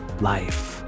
life